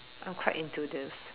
I am quite into this